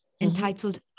entitled